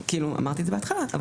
שר הכלכלה באישור הכנסת,